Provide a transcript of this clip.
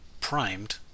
primed